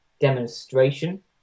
demonstration